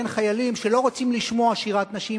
בין חיילים שלא רוצים לשמוע שירת נשים